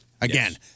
Again